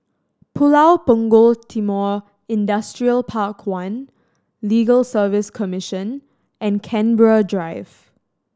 Pulau Punggol Timor Industrial Park One Legal Service Commission and Canberra Drive